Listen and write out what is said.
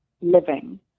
living